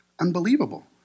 Unbelievable